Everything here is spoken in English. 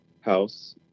house